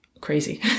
crazy